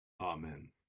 Amen